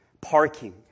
parking